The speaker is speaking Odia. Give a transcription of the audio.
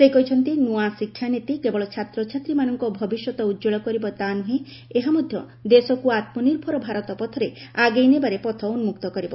ସେ କହିଛନ୍ତି ନୂଆ ଶିକ୍ଷାନୀତି କେବଳ ଛାତ୍ରଛାତ୍ରୀମାନଙ୍କ ଭବିଷ୍ୟତ ଉଜ୍ଜଳ କରିବ ତା' ନୁହେଁ ଏହା ମଧ୍ୟ ଦେଶକୁ ଆତ୍ମନିର୍ଭର ଭାରତ ପଥରେ ଆଗେଇ ନେବାରେ ପଥ ଉନ୍ନୁକ୍ତ କରିବ